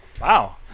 Wow